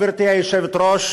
גברתי היושבת-ראש,